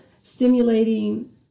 stimulating